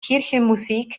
kirchenmusik